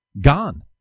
gone